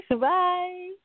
Bye